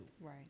Right